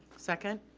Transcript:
second.